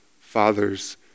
fathers